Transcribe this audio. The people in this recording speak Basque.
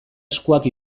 eskuak